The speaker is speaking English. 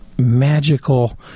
magical